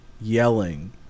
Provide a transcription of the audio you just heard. yelling